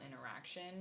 interaction